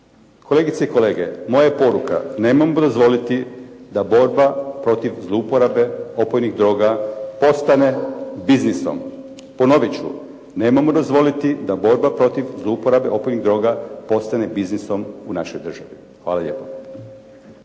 Kolegice i kolege, moja je poruka, nemojmo dozvoliti da borba protiv zlouporabe opojnih droga postane biznisom. Ponovit ću, nemojmo dozvoliti da borba protiv zlouporabe opojnih droga postane biznisom u našoj državi. Hvala lijepo.